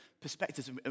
perspectives